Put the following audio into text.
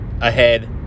ahead